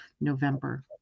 November